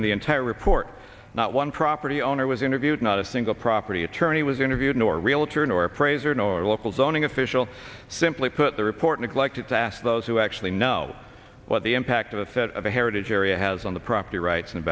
in the entire report not one property owner was interviewed not a single property attorney was interviewed nor realtor nor appraiser nor local zoning officials simply put their report neglected to ask those who actually know what the impact of the set of a heritage area has on the property rights and